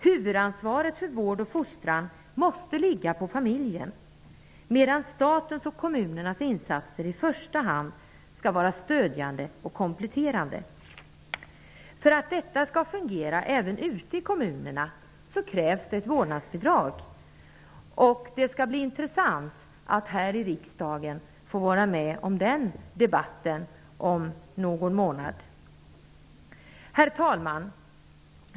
Huvudansvaret för vård och fostran måste ligga på familjen, medan statens och kommunernas insatser i första hand skall vara stödjande och kompletterande. För att detta skall fungera även ute i kommunerna krävs ett vårdnadsbidrag. Det skall bli intressant att här i riksdagen få vara med om den debatten om någon månad. Herr talman!